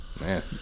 Man